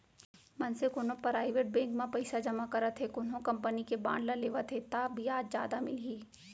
मनसे कोनो private bank म पइसा जमा करत हे कोनो कंपनी के बांड ल लेवत हे ता बियाज जादा मिलही